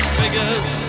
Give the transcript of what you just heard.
figures